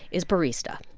is barista